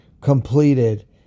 completed